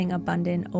abundant